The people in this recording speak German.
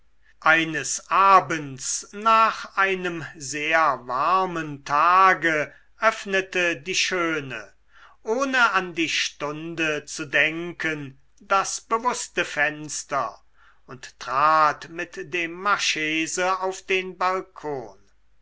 eines abends nach einem sehr warmen tage öffnete die schöne ohne an die stunde zu denken das bewußte fenster und trat mit dem marchese auf den balkon